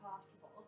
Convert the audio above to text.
possible